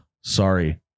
Sorry